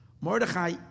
Mordechai